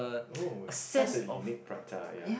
oh such a unique prata ya